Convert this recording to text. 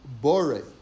bore